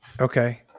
Okay